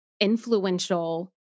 influential